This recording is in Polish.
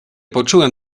poczułem